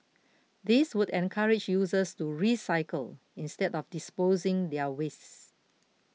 this would encourage users to recycle instead of disposing their wastes